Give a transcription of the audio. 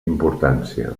importància